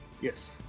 Yes